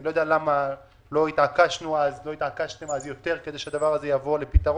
ואני לא יודע למה לא התעקשתם אז יותר כדי שהדבר הזה יבוא לכדי פתרון.